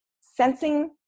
sensing